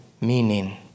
meaning